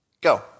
Go